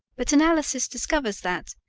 but analysis discovers that,